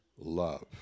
love